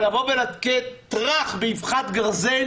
אבל לבוא ולתת טראח באבחת גרזן